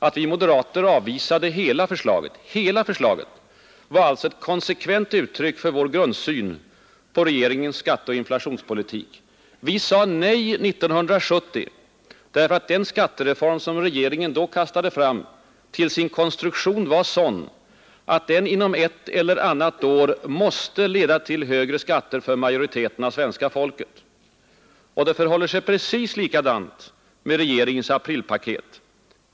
Att vi moderater avvisade hela förslaget, var alltså ett konsekvent uttryck för vår grundsyn på regeringens skatteoch inflationspolitik. Vi sade nej 1970, därför att den skattereform som regeringen då kastade fram till sin konstruktion var sådan att den inom ett eller annat år måste leda till högre skatter för majoriteten av svenska folket. Och det förhåller sig precis likadant med regeringens aprilpaket.